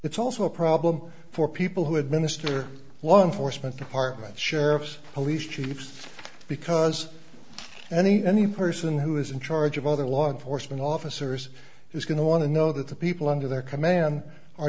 it's also a problem for people who administer law enforcement departments sheriffs police chiefs because any any person who is in charge of other law enforcement officers is going to want to know that the people under their command are